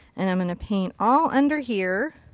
and i'm going to paint all under here.